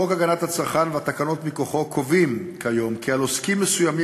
חוק הגנת הצרכן והתקנות מכוחו קובעים כיום כי על עוסקים מסוימים